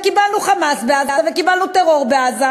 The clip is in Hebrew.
וקיבלנו "חמאס" בעזה וקיבלנו טרור בעזה.